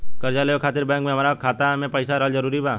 कर्जा लेवे खातिर बैंक मे हमरा खाता मे पईसा रहल जरूरी बा?